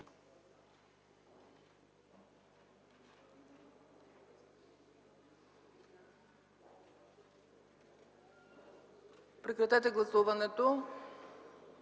прекратете гласуването.